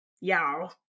Y'all